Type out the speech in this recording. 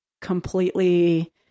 completely